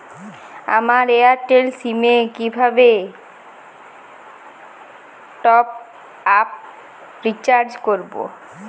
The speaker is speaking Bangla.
আমার এয়ারটেল সিম এ কিভাবে টপ আপ রিচার্জ করবো?